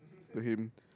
to him